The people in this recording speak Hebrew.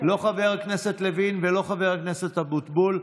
לא חבר הכנסת לוין ולא חבר הכנסת אבוטבול?